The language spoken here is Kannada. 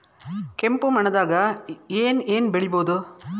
ಕೆಂಪು ಮಣ್ಣದಾಗ ಏನ್ ಏನ್ ಬೆಳಿಬೊದು?